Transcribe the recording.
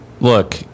Look